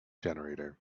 generator